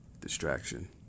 Distraction